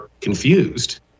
confused